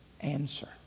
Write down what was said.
answer